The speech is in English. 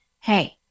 Hey